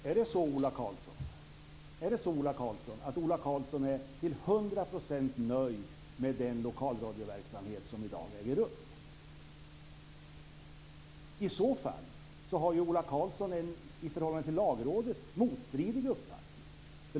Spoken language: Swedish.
Fru talman! Är det så att Ola Karlsson är till hundra procent nöjd med den lokalradioverksamhet som i dag äger rum? I så fall har Ola Karlsson en motstridig uppfattning i förhållande till Lagrådet.